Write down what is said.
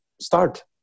start